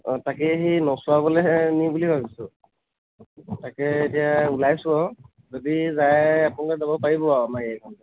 তাকে এই নচোৱাবলৈ নিম বুলি ভাবিছোঁ তাকে এতিয়া ওলাইছোঁ আৰু যদি যায় আপোনালোকে যাব পাৰিব আৰু আমাৰ গাড়ীখনতে